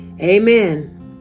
amen